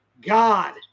god